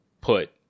put